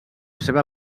seva